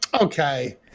Okay